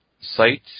site